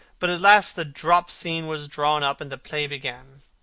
but at last the drop-scene was drawn up and the play began.